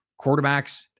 Quarterbacks